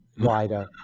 wider